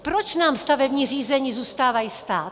Proč nám stavební řízení zůstávají stát?